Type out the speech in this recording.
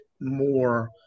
more